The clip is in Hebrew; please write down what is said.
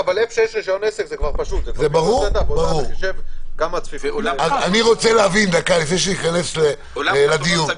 אולם חתונות סגור?